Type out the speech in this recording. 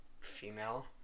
female